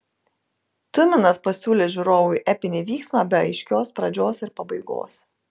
tuminas pasiūlė žiūrovui epinį vyksmą be aiškios pradžios ir pabaigos